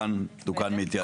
תוקן מהתייעצות להסכמה.